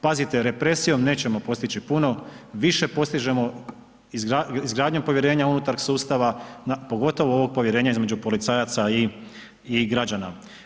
Pazite, represijom nećemo postići puno, više postižemo izgradnjom povjerenja unutar sustava pogotovo ovog povjerenja između policajaca i građana.